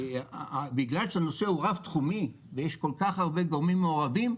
בגלל שהנושא הוא רב-תחומי ויש כל כך הרבה גורמים מעורבים,